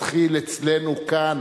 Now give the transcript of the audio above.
מתחיל אצלנו כאן,